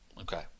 Okay